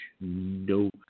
no